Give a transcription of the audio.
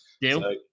Deal